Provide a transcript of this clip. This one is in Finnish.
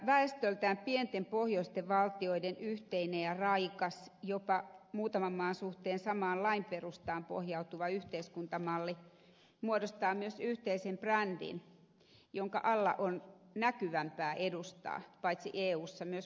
väestöltään pienten pohjoisten valtioiden yhteinen ja raikas jopa muutaman maan suhteen samaan lainperustaan pohjautuva yhteiskuntamalli muodostaa myös yhteisen brändin jonka alla on näkyvämpää edustaa paitsi eussa myös maailmanlaajuisesti